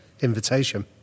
invitation